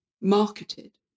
marketed